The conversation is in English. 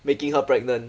making her pregnant